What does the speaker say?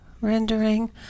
rendering